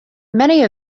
many